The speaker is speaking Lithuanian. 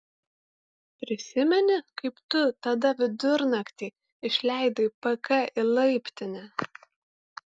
prisimeni kaip tu tada vidurnaktį išleidai pk į laiptinę